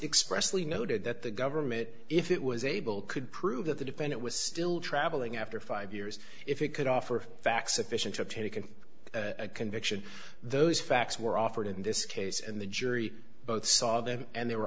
expressly noted that the government if it was able could prove that the defendant was still travelling after five years if he could offer facts sufficient to obtain a can a conviction those facts were offered in this case and the jury both saw them and they were